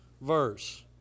verse